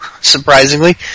surprisingly